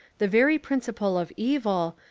the very principle of evil,